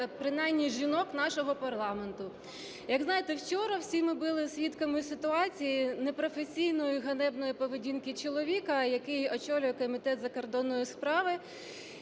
принаймні жінок нашого парламенту. Як знаєте, вчора, всі ми були свідками ситуації: непрофесійної, ганебної поведінки чоловіка, який очолює Комітет у закордонних справах,